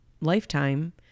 lifetime